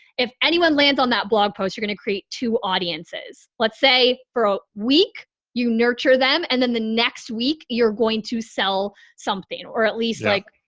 if anyone lands on that blog post, you're gonna create two audiences. let's say for a week you nurture them and then the next week you're going to sell something or at least like,